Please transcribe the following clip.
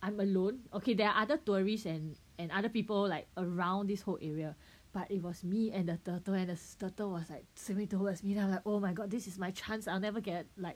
I'm alone okay there are other tourists and and other people like around this whole area but it was me and the turtle and the turtle was like swimming towards me then I'm like oh my god this is my chance I'll never get like